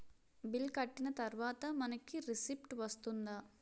Bill కట్టిన తర్వాత మనకి రిసీప్ట్ వస్తుందా?